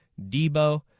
Debo